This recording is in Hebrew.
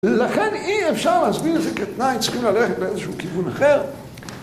‫לכן אי אפשר להסביר את זה ‫כתנאי צריכים ללכת באיזשהו כיוון אחר.